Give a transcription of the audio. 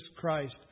Christ